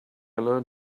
learn